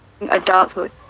adulthood